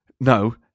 No